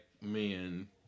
men